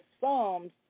Psalms